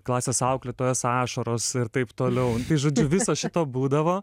klasės auklėtojos ašaros ir taip toliau žodžiu viso šito būdavo